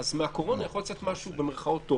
אז מהקורונה יכול לצאת "משהו טוב",